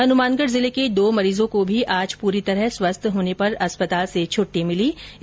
हनुमानगढ़ जिले के दो मरीजों को भी आज पूरी तरह स्वस्थ होने पर अस्पताल से छुट्टी दी गई